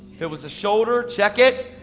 it was a shoulder, check it.